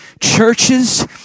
churches